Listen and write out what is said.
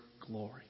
glory